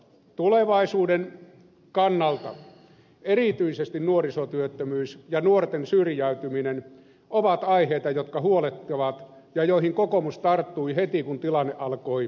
tulevaisuuden kannalta erityisesti nuorisotyöttömyys ja nuorten syrjäytyminen ovat aiheita jotka huolettavat ja joihin kokoomus tarttui heti kun tilanne alkoi pahentua